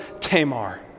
Tamar